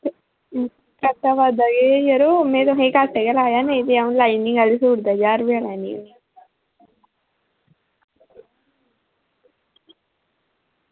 ते में यरो तुसेंगी घट्ट गै लाया नेईं तां में लाईनिंग सूट ' दा ज्हार रपेआ लैन्नी